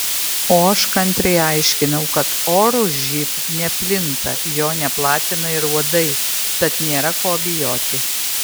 o aš kantriai aiškinau kad oru živ neplinta jo neplatina ir uodai tad nėra ko bijoti